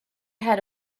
had